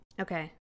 Okay